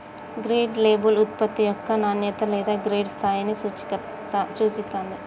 grade label ఉత్పత్తి యొక్క నాణ్యత లేదా గ్రేడ్ స్థాయిని సూచిత్తాంది